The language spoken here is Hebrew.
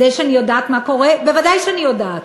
זה שאני יודעת מה קורה, ודאי שאני יודעת.